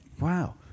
Wow